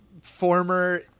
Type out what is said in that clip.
former